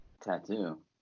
tattoo